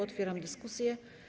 Otwieram dyskusję.